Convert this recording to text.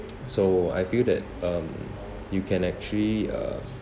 so I feel that um you can actually uh